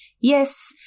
Yes